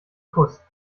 kuss